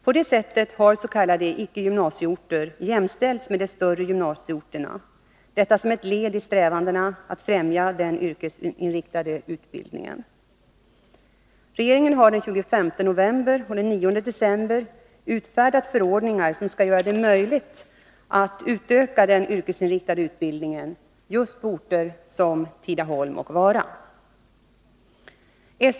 På det sättet har s.k. icke gymnasieorter jämställts med de större gymnasieorterna, detta som ett led i strävandena att främja den yrkesinriktade utbildningen. Regeringen har den 25 november och den 9 december utfärdat förordningar, som skall göra det möjligt att utöka den yrkesinriktade utbildningen på just orter som Tidaholm och Vara.